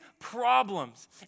problems